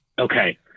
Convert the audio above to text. Okay